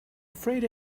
afraid